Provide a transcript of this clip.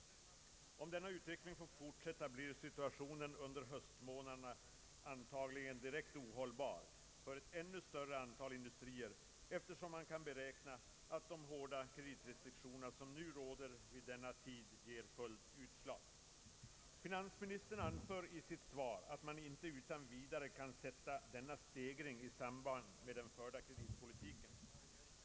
Får denna utveckling fortsätta blir situationen under höstmånaderna direkt ohållbar för ett ännu större antal industrier, eftersom man kan beräkna att de hårda kreditrestriktioner som nu råder vid den tiden ger fullt utslag. Finansministern anför i sitt svar att han inte utan vidare vill sätta denna stegring i samband med den förda kreditpolitiken.